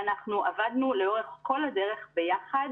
ואנחנו עבדנו לאורך כל הדרך ביחד.